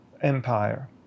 empire